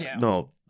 no